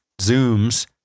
zooms